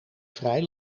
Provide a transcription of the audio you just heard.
vrij